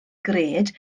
gred